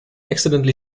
accidentally